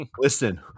Listen